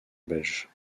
belge